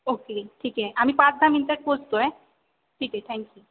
okay ठीक आहे आम्ही पाच दहा मिनिटात पोचतो आहे ठीक आहे थँक्यू